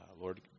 Lord